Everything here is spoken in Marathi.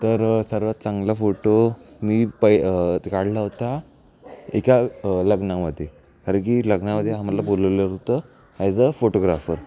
तर सर्वात चांगला फोटो मी पै काढला होता एका लग्नामध्ये कारंकी लग्नामध्ये आम्हाला बोलवलं होतं ॲज अ फोटोग्राफर